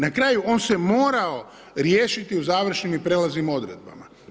Na kraju, on se morao riješiti u završnim i prijelaznim odredbama.